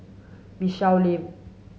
Michelle Lim